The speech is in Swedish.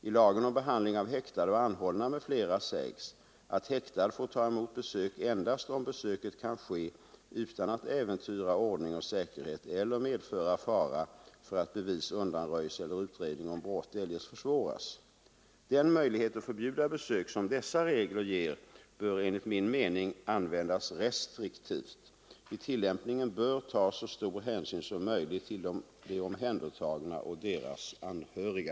I lagen om behandlingen av häktade och anhållna m.fl. sägs, att häktad får ta emot besök endast om besöket kan ske utan att äventyra ordning och säkerhet eller medföra fara för att bevis undanröjs eller utredning om brott eljest försvåras. Den möjlighet att förbjuda besök som dessa regler ger bör enligt min mening användas restriktivt. Vid tillämpningen bör tas så stor hänsyn som möjligt till de omhändertagna och deras anhöriga.